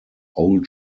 old